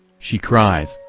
she cries,